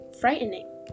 frightening